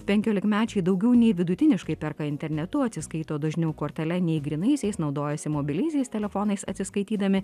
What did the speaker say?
penkiolikmečiai daugiau nei vidutiniškai perka internetu atsiskaito dažniau kortele nei grynaisiais naudojasi mobiliaisiais telefonais atsiskaitydami